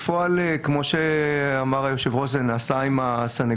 בפועל, כמו שאמר היושב ראש, זה נעשה עם הסניגור.